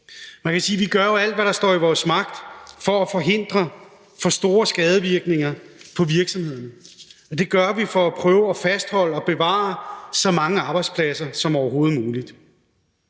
Man kan sige, at vi jo gør alt, hvad der står i vores magt, for at forhindre for store skadevirkninger på virksomhederne, og det gør vi for at prøve at fastholde og bevare så mange arbejdspladser som overhovedet muligt.